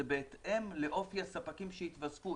זה בהתאם לאופי הספקים שיתוספו.